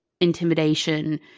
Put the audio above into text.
intimidation